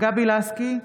גבי לסקי,